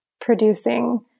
producing